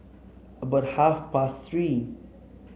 about half past Three